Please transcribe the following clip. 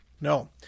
No